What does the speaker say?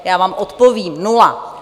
Já vám odpovím: nula!